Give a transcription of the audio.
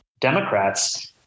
Democrats